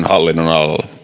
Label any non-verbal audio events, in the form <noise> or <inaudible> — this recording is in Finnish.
<unintelligible> alla